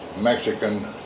mexican